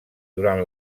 durant